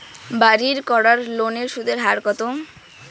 বাড়ির করার লোনের সুদের হার কত?